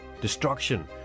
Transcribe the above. destruction